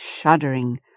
shuddering